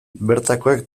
bertakoek